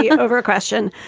yeah over a question.